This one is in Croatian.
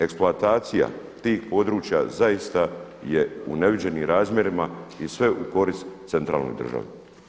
Eksploatacija tih područja zaista je u neviđenim razmjerima i sve u korist centralnoj državi.